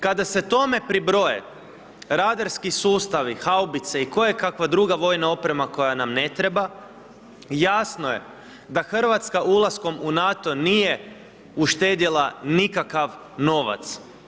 Kada se tome pribroje radarski sustavi, haubice i kojekakva druga vojna oprema koja nam ne treba, jasno je da Hrvatska ulaskom u NATO nije uštedjela nikakav novac.